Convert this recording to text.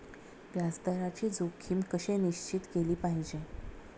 व्याज दराची जोखीम कशी निश्चित केली पाहिजे